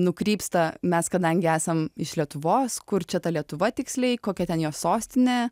nukrypsta mes kadangi esam iš lietuvos kur čia ta lietuva tiksliai kokia ten jos sostinė